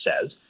says